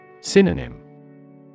Synonym